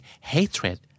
hatred